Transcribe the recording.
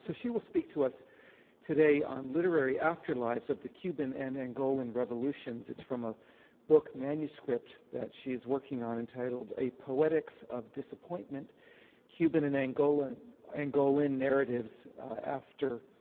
so she will speak to us today on literary after lives of the cuban and angolan revolutions. it's from a book manuscript that she's working on, entitled the poetics of disappointment cuban and angolan angolan narratives after